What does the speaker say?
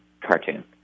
cartoon